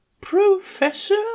Professor